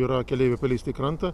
yra keleiviai paleisti į krantą